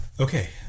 Okay